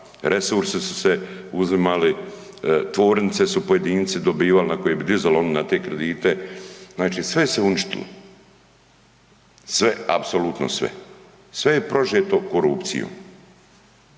resurse su se uzimali, tvornice su pojedinci dobivali na koji bi dizali oni na te kredite, znači sve je se uništilo, sve, apsolutno sve. Sve je prožeto korupcijom,